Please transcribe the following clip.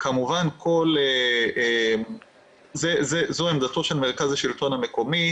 כמובן זו עמדתו של מרכז השלטון המקומי,